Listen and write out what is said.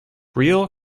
real